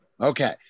Okay